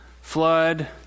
flood